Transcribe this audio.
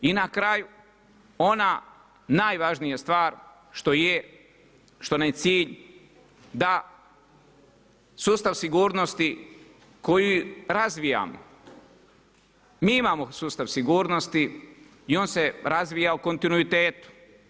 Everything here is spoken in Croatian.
I na kraju ona najvažnija stvar što je, što nam je cilj da sustav sigurnosti koji razvijamo mi imamo sustav sigurnosti i on se razvija u kontinuitetu.